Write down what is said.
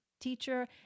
Teacher